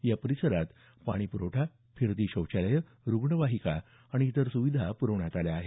या परिसरात पाणीपुरवठा फिरती शौचालयं रुग्णवाहिका आणि इतर सुविधा पुरवण्यात आल्या आहेत